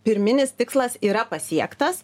pirminis tikslas yra pasiektas